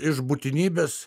iš būtinybės